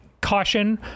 caution